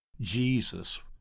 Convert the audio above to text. Jesus